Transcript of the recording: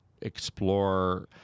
explore